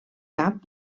cap